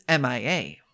MIA